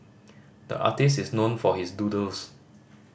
the artist is known for his doodles